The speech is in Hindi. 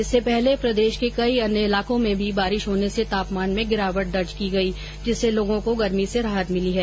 इससे पहले प्रदेश के कई अन्य इलाकों में भी बारिश होने से तापमान में गिरावट दर्ज की गई जिससे लोगों को गर्मी से राहत मिली है